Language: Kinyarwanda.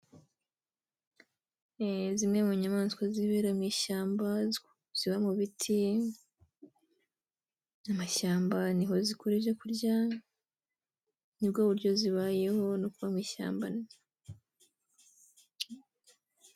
Zimwe mu nyamaswa zibera mu ishyamba ziba mu biti, amashyamba, ni ho zikura ibyo kurya. Ni bwo buryo zibayeho no kuba mu ishyamba.